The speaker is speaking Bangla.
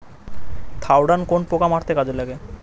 থাওডান কোন পোকা মারতে কাজে লাগে?